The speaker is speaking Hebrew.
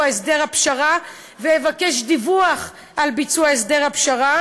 הסדר הפשרה ויבקש דיווח על ביצוע הסדר הפשרה.